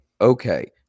Okay